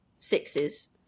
Sixes